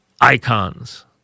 icons